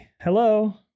Hello